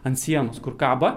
ant sienos kur kaba